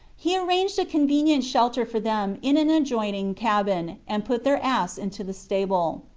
he arranged a convenient shelter for them in an adjoining cabin and put their ass into the stable.